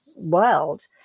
world